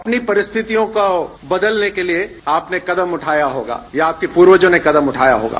अपनी परिस्थितियों को बदलने के लिए आपने कदम उठाया होगा या आपके पूर्वजों ने कदम उठाया होगा